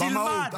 לא במשפט הראשון.